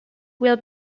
will